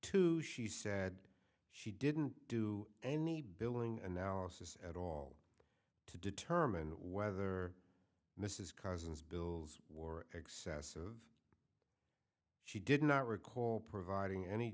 to she said she didn't do any billing analysis at all to determine whether this is cousins bills or excessive she did not recall providing any